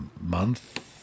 month